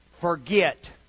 forget